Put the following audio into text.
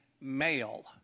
male